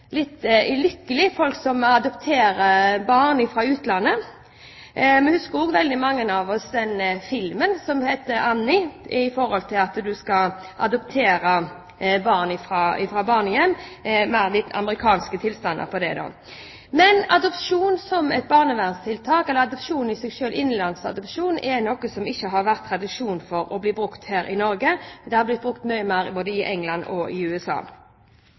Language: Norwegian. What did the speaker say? litt lykkelige par som adopterer barn fra utlandet. Mange av oss husker også filmen Annie, som handler om å adoptere et barn fra barnehjem – med litt amerikanske tilstander på det, da. Men adopsjon som et barnevernstiltak, eller adopsjon i seg selv, innenlandsadopsjon, er noe som det ikke har vært tradisjon for å bruke her i Norge. Det har blitt brukt mye mer både i England og i USA.